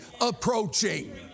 approaching